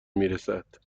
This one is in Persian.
میرسد